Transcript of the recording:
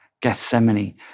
Gethsemane